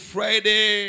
Friday